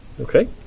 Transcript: okay